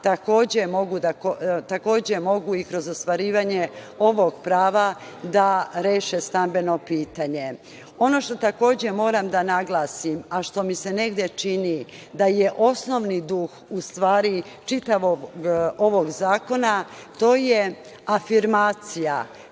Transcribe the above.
takođe mogu i kroz ostvarivanje ovog prava da reše stambeno pitanje. Ono što takođe moram da naglasim, a što mi se negde čini da je osnovni duh u stvari čitavog ovog zakona, to je afirmacija